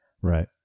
Right